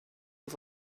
you